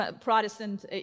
Protestant